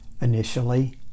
initially